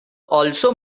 also